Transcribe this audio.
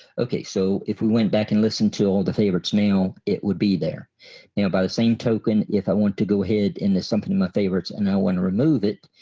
okay so if we went back and listened to all the favorites now it would be there now. by the same token if i want to go ahead and there's something in my favorites and i want to remove it,